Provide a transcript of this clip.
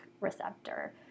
receptor